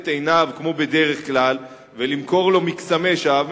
עיניו כמו בדרך כלל ולמכור לו מקסמי שווא,